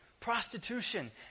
prostitution